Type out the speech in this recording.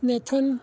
nathan